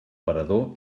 parador